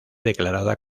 declarada